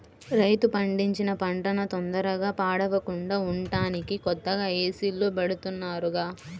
రైతు పండించిన పంటన తొందరగా పాడవకుండా ఉంటానికి కొత్తగా ఏసీల్లో బెడతన్నారుగా